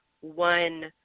one